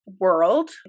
world